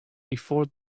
before